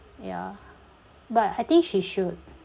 ya but I think she should